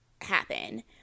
happen